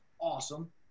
awesome